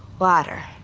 water.